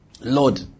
Lord